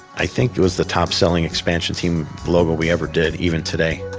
i think it was the top-selling expansion team logo we ever did, even today.